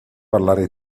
parlare